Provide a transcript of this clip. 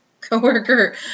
coworker